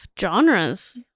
genres